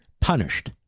punished